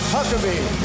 Huckabee